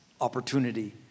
opportunity